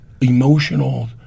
emotional